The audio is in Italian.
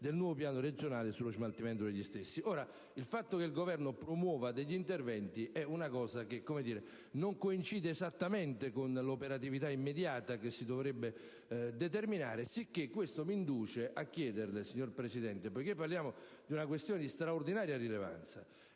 del nuovo piano regionale sullo smaltimento degli stessi. Ora, il fatto che il Governo promuova degli interventi è un fatto che non coincide esattamente con l'operatività immediata che si dovrebbe determinare. Signor Presidente, qui parliamo di una questione di straordinaria rilevanza.